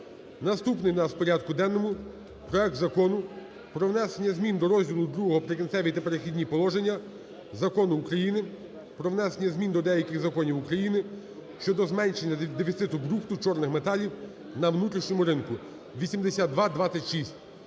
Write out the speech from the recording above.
Наступний у нас в порядку денному проект Закону про внесення змін до розділу ІІ "Прикінцеві та перехідні положення" Закону України "Про внесення змін до деяких законів України щодо зменшення дефіциту брухту чорних металів на внутрішньому ринку" (8226).